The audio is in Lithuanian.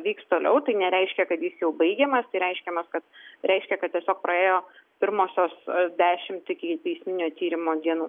vyks toliau tai nereiškia kad jis jau baigiamas tai reiškiamas kad reiškia kad tiesiog praėjo pirmosios dešimt ikiteisminio tyrimo dienų